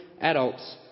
adults